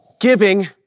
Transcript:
Giving